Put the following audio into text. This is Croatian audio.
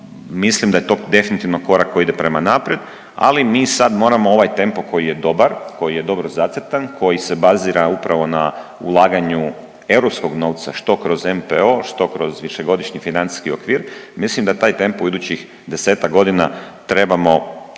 Mislim da je to definitivno korak koji ide prema naprijed, ali mi sad moramo ovaj tempo koji je dobar, koji je dobro zacrtan, koji se bazira upravo na ulaganju europskog novca što kroz NPO, što kroz višegodišnji financijski okvir mislim da taj tempo u idućih 10-ak godina trebamo